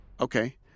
okay